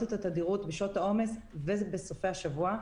את התדירות בשעות העומס ובסופי השבוע.